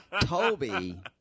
Toby